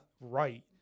right